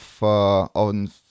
on